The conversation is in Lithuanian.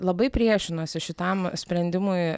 labai priešinosi šitam sprendimui